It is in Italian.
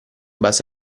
base